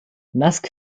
mask